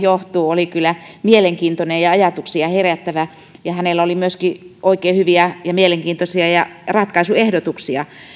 johtuu oli kyllä mielenkiintoinen ja ja ajatuksia herättävä hänellä oli myöskin oikein hyviä ja mielenkiintoisia ratkaisuehdotuksia